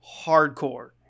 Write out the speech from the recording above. hardcore